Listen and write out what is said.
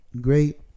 great